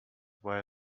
where